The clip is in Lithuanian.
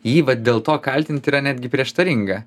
jį va dėl to kaltint yra netgi prieštaringa